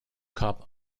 cup